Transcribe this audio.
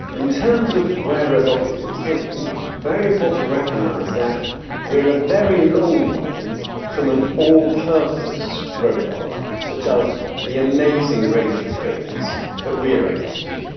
in terms of where robotics is heading, it's very important to recognise that we are a very long way from an all-purpose robot that does the amazing range of things that we are able to do.